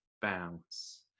bounce